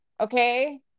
Okay